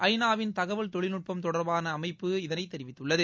ஐ நா வின் தகவல் தொழில்நுட்பம் தொடர்பான அமைப்பு இதனைத் தெிவித்துள்ளது